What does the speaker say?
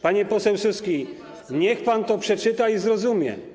Panie pośle Suski, niech pan to przeczyta i zrozumie.